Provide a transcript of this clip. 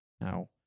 Now